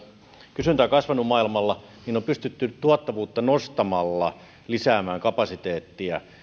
on kasvanut maailmalla niin on pystytty tuottavuutta nostamalla lisäämään kapasiteettia